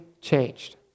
changed